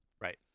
Right